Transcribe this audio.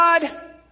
God